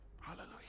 Hallelujah